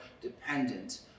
dependent